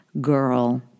girl